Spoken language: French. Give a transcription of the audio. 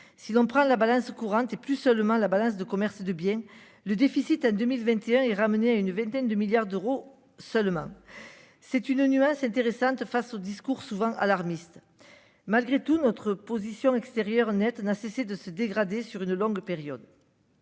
Si l'on prend la balance courante et plus seulement la base de commerce de biens le déficit à 2021 et ramené à une vingtaine de milliards d'euros seulement. C'est une nuage intéressante face au discours souvent alarmiste malgré tout notre position extérieure nette n'a cessé de se dégrader sur une longue période.